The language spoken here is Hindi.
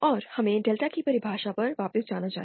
और हमें डेल्टा की परिभाषा पर वापस जाना चाहिए